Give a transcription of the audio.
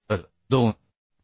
तर 2